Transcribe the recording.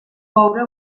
coure